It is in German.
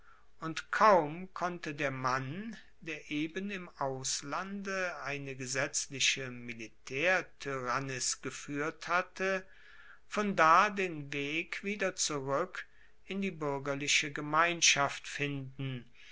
und kaum konnte der mann der eben im auslande eine gesetzliche militaertyrannis gefuehrt hatte von da den weg wieder zurueck in die buergerliche gemeinschaft finden